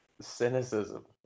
Cynicism